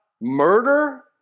murder